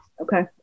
Okay